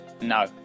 no